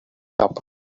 cup